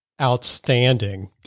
outstanding